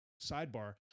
sidebar